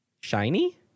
shiny